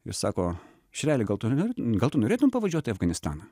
ir sako šereli gal tu nenori gal tu norėtum pavažiuot į afganistaną